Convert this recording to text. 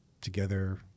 together